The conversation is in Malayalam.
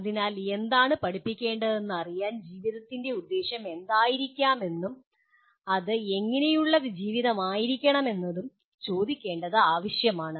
അതിനാൽ എന്താണ് പഠിപ്പിക്കേണ്ടതെന്ന് അറിയാൻ ജീവിതത്തിൻ്റെ ഉദ്ദേശ്യം എന്തായിരിക്കാമെന്നും അത് എങ്ങനെയുള്ള ജീവിതമായിരിക്കണമെന്നും ചോദിക്കേണ്ടത് ആവശ്യമാണ്